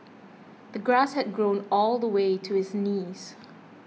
the grass had grown all the way to his knees